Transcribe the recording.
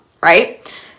right